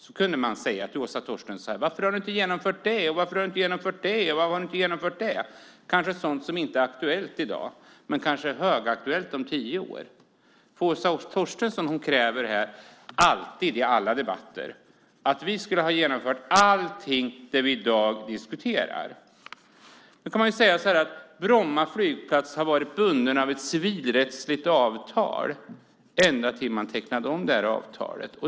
Då kunde man säga till Åsa Torstensson: Varför har du inte genomfört det? Och varför har du inte genomfört det? Det är kanske sådant som inte är aktuellt i dag men kanske högaktuellt om tio år. Åsa Torstensson kräver alltid i alla debatter att vi skulle ha genomfört allting som vi i dag diskuterar. Bromma flygplats har varit bunden av ett civilrättsligt avtal ända tills man tecknade om avtalet.